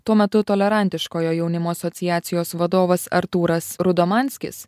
tuo metu tolerantiškojo jaunimo asociacijos vadovas artūras rudomanskis